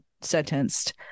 sentenced